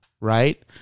right